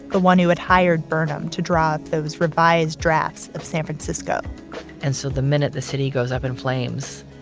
the one who had hired burnham to draw up those revised drafts of san francisco and so the minute the city goes up in flames,